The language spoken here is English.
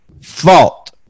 fault